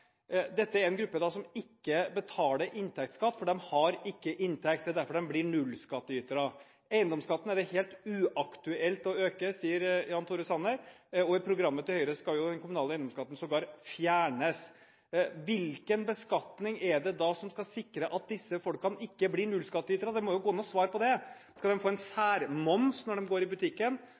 dette er en gruppe som ikke betaler inntektsskatt, for de har ikke inntekt, og derfor blir de nullskattytere. Eiendomsskatten er det helt uaktuelt å øke, sier Jan Tore Sanner, og ifølge programmet til Høyre skal den kommunale eiendomsskatten sågar fjernes. Hvilken beskatning er det da som skal sikre at disse folkene ikke blir nullskattytere? Det må jo kunne gå an å svare på det. Skal de få en særmoms når de går i butikken?